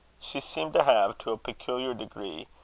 she seemed to have, to peculiar degree,